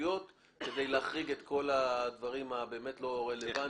תפעוליות כדי להחריג את כל הדברים שהם באמת לא רלוונטיים